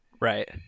right